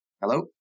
Hello